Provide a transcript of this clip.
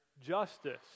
justice